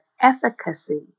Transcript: efficacy